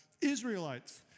Israelites